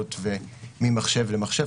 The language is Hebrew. שאילתות ממחשב למחשב.